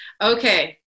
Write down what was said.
Okay